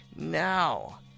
now